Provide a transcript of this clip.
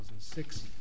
2006